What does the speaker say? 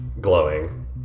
glowing